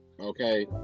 okay